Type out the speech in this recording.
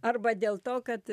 arba dėl to kad